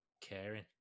caring